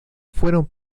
fueron